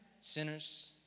Sinners